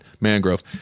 Mangrove